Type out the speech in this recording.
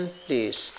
please